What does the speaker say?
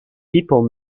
people